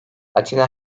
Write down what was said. atina